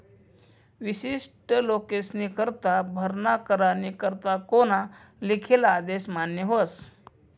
विशिष्ट लोकेस्नीकरता भरणा करानी करता कोना लिखेल आदेश मान्य व्हस